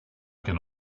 can